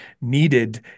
needed